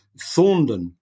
Thorndon